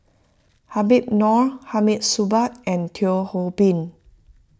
Habib Noh Hamid Supaat and Teo Ho Pin